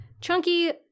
chunky